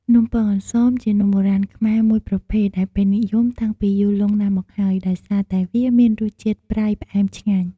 នំពងអន្សងជានំបុរាណខ្មែរមួយប្រភេទដែលពេញនិយមតាំងពីយូរលង់ណាស់មកហើយ ដោយសារតែវាមានរសជាតិប្រៃផ្អែមឆ្ងាញ់ ។